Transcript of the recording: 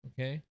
okay